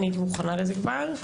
הייתי מוכנה לזה כבר.